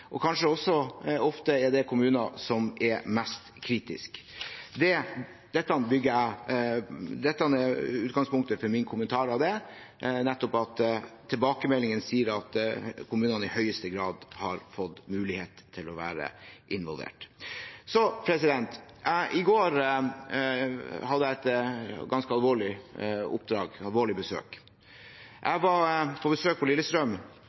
og ofte er det de kommunene som er mest kritisk. Dette er utgangspunktet for min kommentar til det, nettopp at tilbakemeldingene sier at kommunene i høyeste grad har fått mulighet til å være involvert. I går hadde jeg et ganske alvorlig oppdrag – et alvorlig besøk. Jeg var på besøk på Lillestrøm